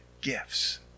gifts